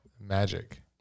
magic